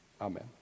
Amen